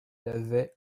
lavait